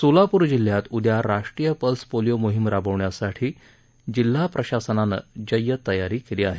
सोलापूर जिल्ह्यात उद्या राष्ट्रीय पल्स पोलिओ मोहीम राबवण्यासाठी जिल्हा प्रशासनानं जय्यत तयारी केली आहे